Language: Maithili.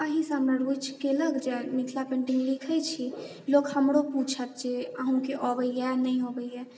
एहि सबमे रुचि केलक जे मिथिला पेंटिङ्ग लिखैत छी लोक हमरो पूछत जे अहूँके अबैया नहि अबैया